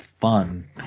fun